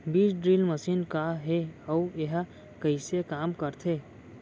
बीज drill machine का हे अऊ एहा कइसे काम करथे?